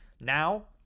Now